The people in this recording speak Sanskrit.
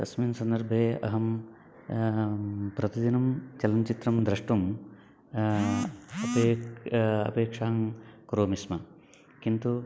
तस्मिन् सन्दर्भे अहं प्रतिदिनं चलनचित्रं द्रष्टुम् अपे अपेक्षां करोमि स्म किन्तु